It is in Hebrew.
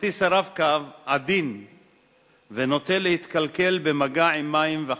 כרטיס ה"רב-קו" עדין ונוטה להתקלקל במגע עם מים וחול.